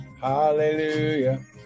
hallelujah